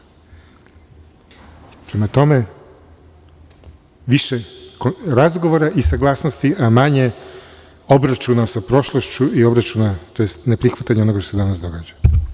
Prema tome, više razgovora i saglasnosti, a manje obračuna sa prošlošću i obračuna, tj. neprihvatanja onoga što se danas događa.